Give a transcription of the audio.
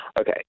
Okay